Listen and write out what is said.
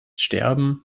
sterben